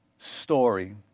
story